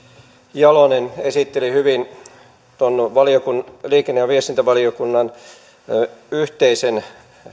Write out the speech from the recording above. jalonen esitteli hyvin tuon liikenne ja viestintävaliokunnan yhteisen